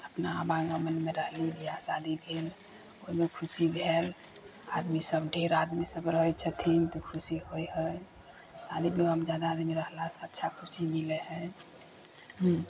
अपना मे रहली बिआह शादी भेल ओहिमे खुशी भेल आदमीसभ ढेर आदमीसभ रहै छथिन तऽ खुशी होइ हइ शादी विवाहमे ज्यादा आदमी रहलासँ अच्छा खुशी मिलै हइ